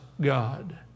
God